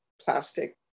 plastic